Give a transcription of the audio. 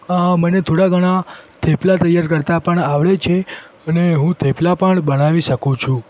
મને થોડા ઘણાં થેપલા તૈયાર કરતા પણ આવડે છે અને હું થેપલા પણ બનાવી શકું છું